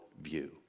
view